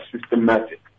systematic